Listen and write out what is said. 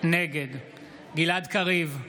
נגד גלעד קריב,